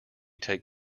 take